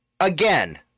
again